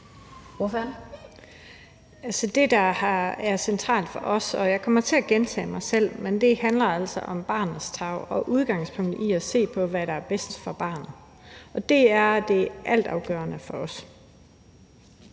Altså, det, der er centralt for os, og jeg kommer til at gentage mig selv, er barnets tarv, og udgangspunktet er at se på, hvad der er bedst for barnet. Det er det altafgørende for os.